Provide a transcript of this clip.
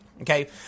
Okay